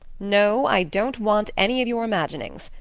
no, i don't want any of your imaginings.